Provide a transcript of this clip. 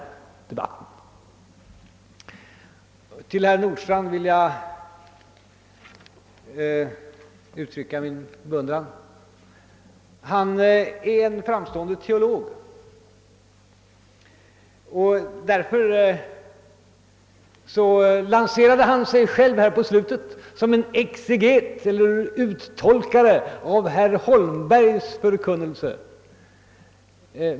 Jag måste uttrycka min beundran för herr Nordstrandh. Han är en framstående teolog, och därför lanserade han sig nu som en exeget, en uttolkare av herr Holmbergs förkunnelse.